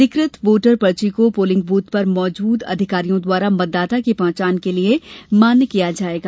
अधिकृत वोटर पर्ची को पोलिंग बूथ पर मौजूद अधिकारियों द्वारा मतदाता की पहचान के लिए भी मान्य किया जाएगा